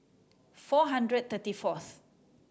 four hundred thirty fourth